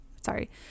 sorry